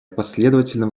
последовательно